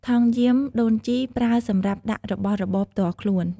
ថង់យាមដូនជីប្រើសម្រាប់ដាក់របស់របរផ្ទាល់ខ្លួន។